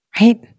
right